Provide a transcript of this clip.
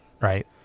Right